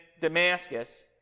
Damascus